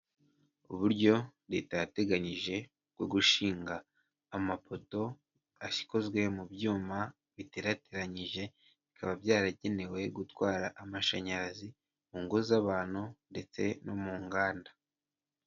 Uburyo leta yateganyije bwo gushinga amapoto akozwe mu byuma biterateranyije, bikaba byaragenewe gutwara amashanyarazi mu ngo z'abantu ndetse no mu nganda.